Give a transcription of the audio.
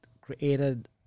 created